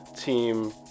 team